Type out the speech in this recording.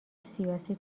سیاسی